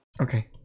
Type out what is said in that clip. Okay